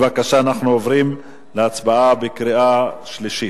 בבקשה, אנחנו עוברים להצבעה בקריאה שלישית.